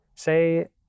Say